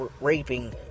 raping